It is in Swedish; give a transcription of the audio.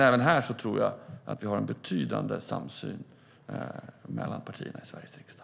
Även här tror jag att vi har en betydande samsyn mellan partierna i Sveriges riksdag.